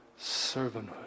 servanthood